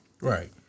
Right